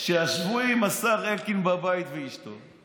שישבו עם השר אלקין בבית עם אשתו,